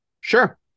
Sure